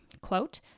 quote